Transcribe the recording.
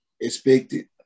Expected